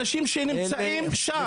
אלה אנשים שנמצאים שם.